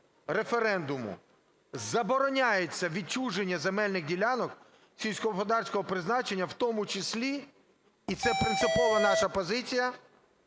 референдуму забороняється відчуження земельних ділянок сільськогосподарського призначення, в тому числі (і це принципова наша позиція)